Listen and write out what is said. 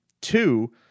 Two